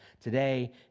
today